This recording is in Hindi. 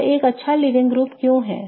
यह एक अच्छा लीविंग ग्रुप क्यों है